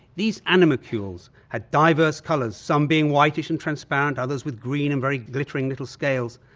these animalcules had diverse colours, some being whitish and transparent, others with green and very glittering little scales,